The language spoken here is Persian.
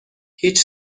هیچ